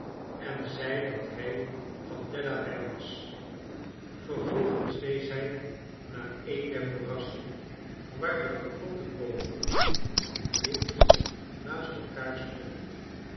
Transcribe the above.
en zei dat van hij delaware was vervolgens wees hij naar een der moerassen waar de geknotte boomen het dichtst naast elkaar stonden